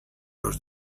los